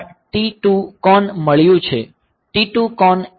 પછી આપણને આ T2CON મળ્યું છે